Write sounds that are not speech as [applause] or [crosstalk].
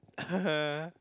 [laughs]